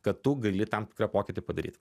kad tu gali tam tikrą pokytį padaryt